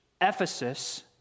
Ephesus